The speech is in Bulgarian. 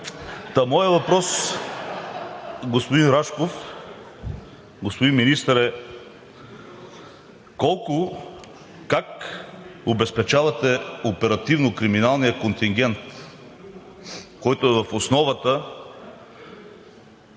Моят въпрос, господин Рашков, господин Министър, е: колко и как обезпечавате оперативно-криминалния контингент, който е в основата